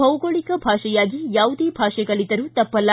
ಭೌಗೋಳಕ ಭಾಷೆಯಾಗಿ ಯಾವುದೇ ಭಾಷೆ ಕಲಿತರು ತಪ್ಪಲ್ಲ